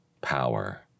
power